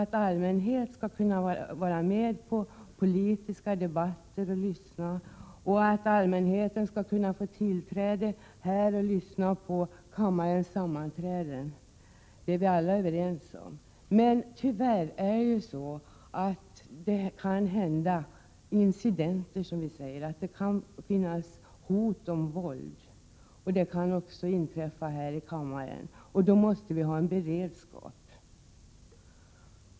Allmänheten skall kunna vara med och lyssna på politiska debatter. Och att allmänheten skall kunna få tillträde här och lyssna på kammarens sammanträden är vi alla överens om. Men tyvärr kan incidenter inträffa, och det kan förekomma hot om våld — även här i kammaren. Då måste vi ha en beredskap.